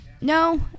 No